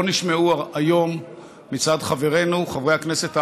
נשמעו היום מצד חברינו חברי הכנסת הערבים,